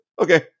okay